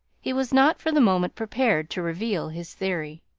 he was not for the moment prepared to reveal his theory.